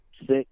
six